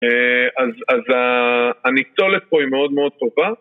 אז הניצולת פה היא מאוד מאוד טובה